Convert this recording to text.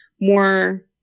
more